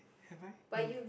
have I no